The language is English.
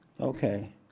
Okay